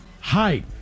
hype